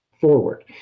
forward